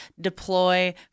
deploy